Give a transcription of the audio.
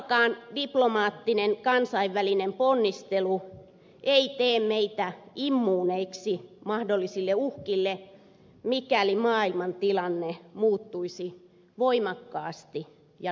vahvakaan diplomaattinen kansainvälinen ponnistelu ei tee meitä immuuneiksi mahdollisille uhkille mikäli maailman tilanne muuttuisi voimakkaasti ja nopeasti